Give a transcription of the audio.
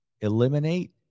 eliminate